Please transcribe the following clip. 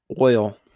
oil